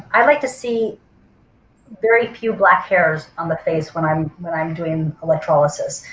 i like to see very few black hairs on the face when i'm when i'm doing electrolysis.